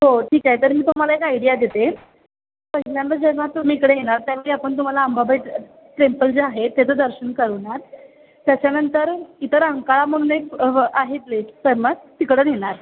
हो ठीक आहे तर मी तुम्हाला एक आयडिया देते पहिल्यांदा जेव्हा तुम्ही इकडे येणार त्यावेळी आपण तुम्हाला अंबाबाई टेम्पल जे आहे त्याचं दर्शन करवणार त्याच्यानंतर इथं रंकाळा म्हणून एक आहे प्लेस फेमस तिकडं नेणार